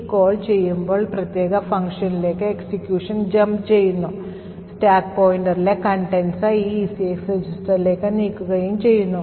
ഈ കോൾ ചെയ്യുമ്പോൾ ഈ പ്രത്യേക ഫംഗ്ഷനിലേക്ക് exeuction jump ചെയ്യുന്നു സ്റ്റാക്ക് പോയിന്ററിലെ contents ഈ ECX രജിസ്റ്ററിലേക്ക് നീക്കുകയും ചെയ്യുന്നു